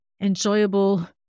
enjoyable